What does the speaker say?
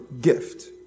gift